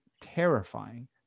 terrifying